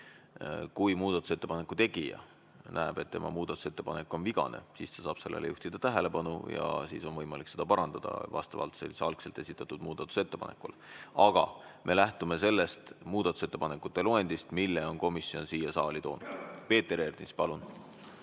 Kui muudatusettepaneku tegija näeb, et tema muudatusettepanek on vigane, siis ta saab sellele juhtida tähelepanu ja siis on võimalik seda parandada vastavalt algselt esitatud muudatusettepanekule. Aga me lähtume sellest muudatusettepanekute loendist, mille komisjon on siia saali toonud. Peeter Ernits, palun!